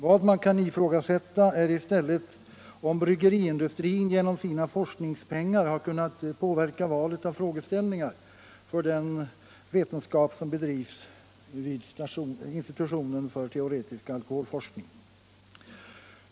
Vad man kan ifrågasätta är i stället om bryggeriindustrin genom sina forskningspengar har kunnat påverka valet av frågeställningar för den vetenskap som bedrivs vid institutionen för teoretisk alkoholforskning.